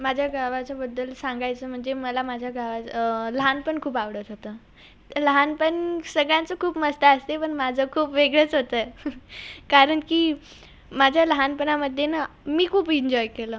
माझ्या गावाच्याबद्दल सांगायचं म्हणजे मला माझ्या गावा लहानपण खूप आवडत होतं लहानपण सगळ्यांचं खूप मस्त असते पण माझं खूप वेगळंच होतं कारण की माझ्या लहानपणामध्ये ना मी खूप इन्जॉय केलं